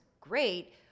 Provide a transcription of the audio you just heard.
great